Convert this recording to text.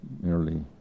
merely